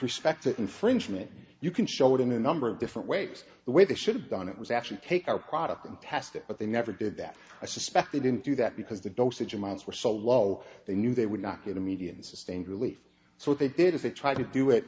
respect to infringement you can show it in a number of different ways the way they should have done it was actually take our product and test it but they never did that i suspect they didn't do that because the dosage amounts were so low they knew they would not get immediate and sustained relief so what they did is they tried to do it